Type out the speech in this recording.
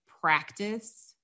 practice